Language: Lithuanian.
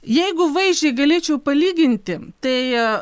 jeigu vaizdžiai galėčiau palyginti tai